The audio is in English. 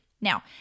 Now